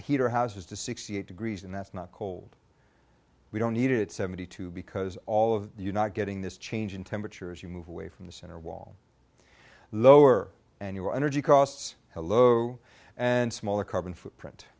our houses to sixty eight degrees and that's not cold we don't need it seventy two because all of you not getting this change in temperature as you move away from the center wall lower annual energy costs low and smaller carbon footprint